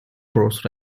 prose